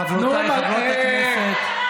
חברותיי חברות הכנסת,